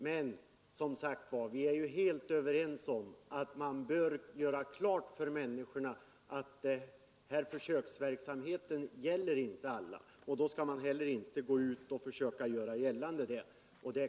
Men vi är som sagt helt överens om att man bör göra klart för människorna att denna försöksverksamhet inte gäller alla. Då skall man inte heller gå ut och försöka göra gällande att så är fallet.